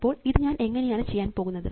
അപ്പോൾ ഇത് ഞാൻ എങ്ങനെയാണ് ചെയ്യാൻ പോകുന്നത്